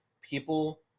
people